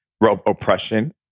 oppression